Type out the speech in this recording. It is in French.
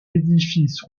édifice